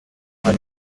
man